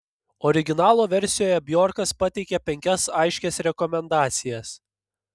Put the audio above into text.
originalo versijoje bjorkas pateikia penkias aiškias rekomendacijas